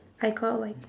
I got like